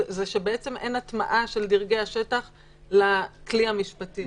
זה שאין הטמעה של דרגי השטח לכלי המשפטי.